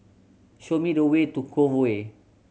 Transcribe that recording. show me the way to Cove Way